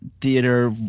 theater